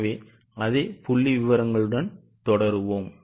எனவே அதே புள்ளிவிவரங்களுடன் தொடருவோம்